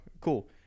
cool